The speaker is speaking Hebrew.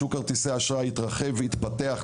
שוק כרטיסי האשראי התרחב והתפתח,